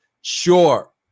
sure